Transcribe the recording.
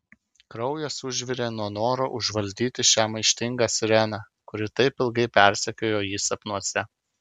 kraujas užvirė nuo noro užvaldyti šią maištingą sireną kuri taip ilgai persekiojo jį sapnuose